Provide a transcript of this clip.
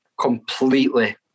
completely